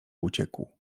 uciekł